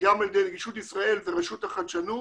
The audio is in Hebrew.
גם על ידי נגישות ישראל ורשות החדשנות